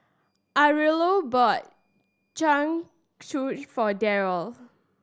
Aurilla bought Jingisukan for Darryl